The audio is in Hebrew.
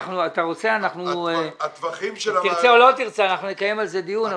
אם תרצה או לא תרצה, אנחנו נקיים על זה דיון.